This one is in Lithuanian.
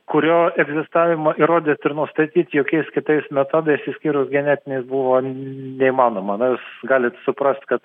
kurio egzistavimą įrodyt ir nustatyt jokiais kitais metodais išskyrus genetiniais buvo neįmanoma na jūs galit suprast kad